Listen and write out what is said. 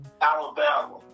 Alabama